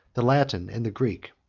the latin, and the greek.